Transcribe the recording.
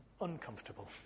uncomfortable